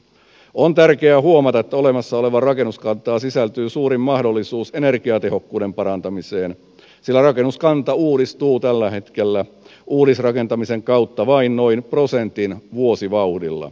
on tärkeä huomata että olemassa olevaan rakennuskantaan sisältyy suurin mahdollisuus energiatehokkuuden parantamiseen sillä rakennuskanta uudistuu tällä hetkellä uudisrakentamisen kautta vain noin prosentin vuosivauhdilla